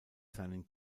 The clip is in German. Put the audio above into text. seinen